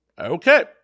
okay